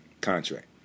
contract